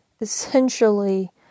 essentially